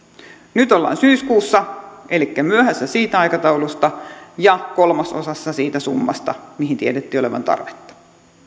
nyt ollaan syyskuussa elikkä myöhässä siitä aikataulusta ja kolmasosassa siitä summasta mihin tiedettiin olevan tarvetta